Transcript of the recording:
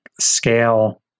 scale